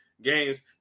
Games